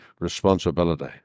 responsibility